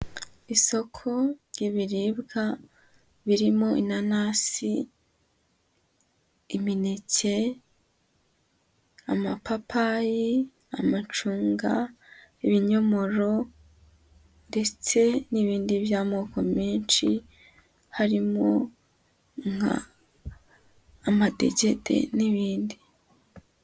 Isoko ry'ibiribwa birimo inanasi, imineke, amapapayi, amacunga, ibinyomoro ndetse n'ibindi by'amoko menshi harimo nk'amadegede n'ibindi.